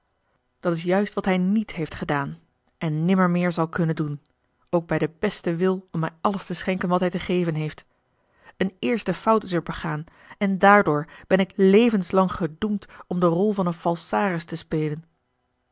dat is juist wat hij niet heeft gedaan en nimmermeer zal kunnen doen ook bij den besten wil om mij alles te schenken wat hij te geven heeft eene eerste fout is er begaan en daardoor ben ik levenslang gedoemd om de rol van een falsaris te spelen